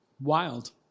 wild